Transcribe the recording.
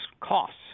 costs